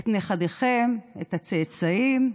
את נכדיכם, את הצאצאים,